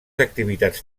activitats